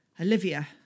Olivia